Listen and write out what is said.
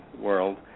world